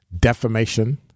defamation